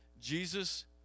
Jesus